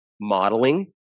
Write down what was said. modeling